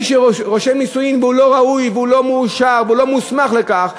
ומי שרושם נישואין והוא לא ראוי והוא לא מאושר והוא לא מוסמך לכך,